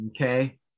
okay